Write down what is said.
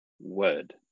word